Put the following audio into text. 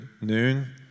noon